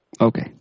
okay